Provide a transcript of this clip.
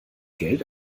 geld